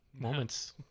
Moments